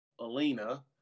Alina